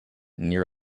near